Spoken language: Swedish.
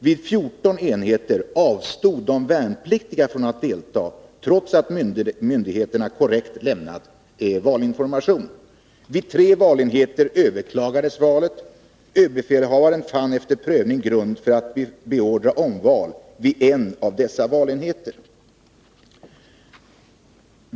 Vid 14 enheter avstod de värnpliktiga från att delta, trots att myndigheterna korrekt lämnat valinformation. Vid tre valenheter överklagades valet. Överbefälhavaren fann efter prövning grund för att beordra omval vid en av dessa valenheter.